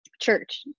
church